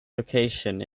location